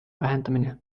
vähendamine